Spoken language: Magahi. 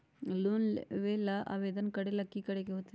लोन लेबे ला आवेदन करे ला कि करे के होतइ?